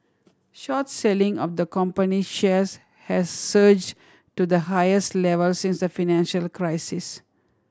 short selling of the company shares has surged to the highest level since the financial crisis